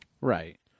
Right